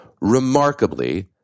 Remarkably